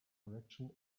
direction